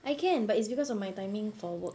I can but it's because of my timing for work